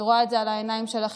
אני רואה את זה על העיניים שלכם,